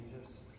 Jesus